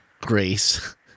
grace